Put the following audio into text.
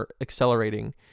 accelerating